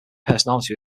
personality